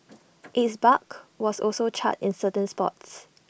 its bark was also charred in certain spots